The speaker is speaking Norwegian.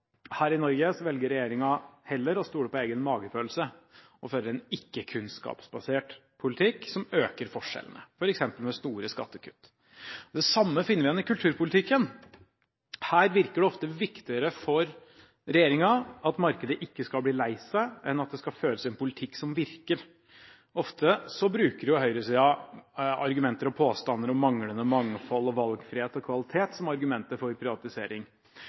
Her i Norge velger regjeringen heller å stole på egen magefølelse og føre en ikke-kunnskapsbasert politikk, som øker forskjellene, f.eks. med store skattekutt. Det samme finner vi igjen i kulturpolitikken. Her virker det ofte som at det er viktigere for regjeringen at markedet ikke skal bli lei seg, enn at det skal føres en politikk som virker. Ofte bruker høyresiden argumenter og påstander om manglende mangfold og valgfrihet og kvalitet som argumenter for privatisering.